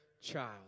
child